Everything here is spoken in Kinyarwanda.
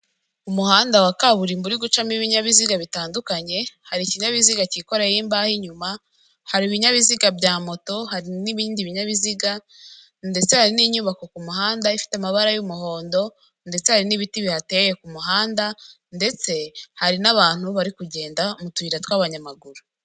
Umuhanda wa kaburimbo uri gucamo ibinyabiziga bitandukanye, hari ikinyabiziga cyikoreye imbaho inyuma, hari ibinyabiziga bya moto, hari n'ibindi binyabiziga ndetse hari n'inyubako ku muhanda ifite amabara y'umuhondo, ndetse hari n'ibiti bihateyeye ku muhanda, ndetse hari n'abantu bari kugenda mu tuyira tw'abanyamaguru.